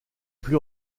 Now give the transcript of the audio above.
plus